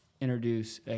introduce